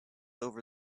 over